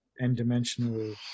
n-dimensional